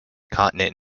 continent